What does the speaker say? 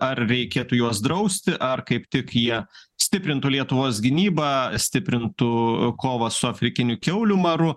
ar reikėtų juos drausti ar kaip tik jie stiprintų lietuvos gynybą stiprintų kovą su afrikiniu kiaulių maru